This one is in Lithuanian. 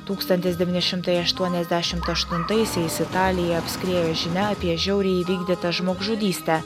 tūkstantis devyni šimtai aštuoniasdešimt aštuntaisiais italiją apskriejo žinia apie žiauriai įvykdytą žmogžudystę